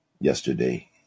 yesterday